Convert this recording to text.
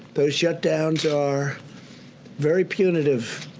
the shutdowns are very punitive.